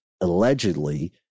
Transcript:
allegedly